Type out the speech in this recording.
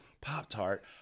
Pop-Tart